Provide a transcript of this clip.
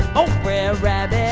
oh brad rab. ah